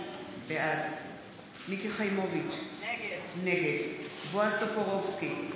בעד מיקי חיימוביץ' נגד בועז טופורובסקי,